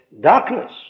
darkness